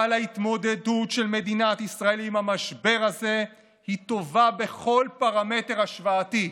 אבל ההתמודדות של מדינת ישראל עם המשבר הזה היא טובה בכל פרמטר השוואתי,